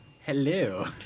Hello